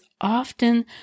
often